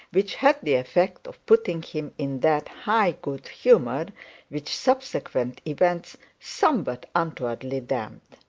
which had the effect of putting him in that high good-humour which subsequent events somewhat untowardly damped.